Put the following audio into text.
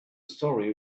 story